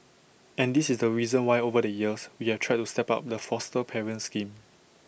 and this is the reason why over the years we have tried to step up the foster parent scheme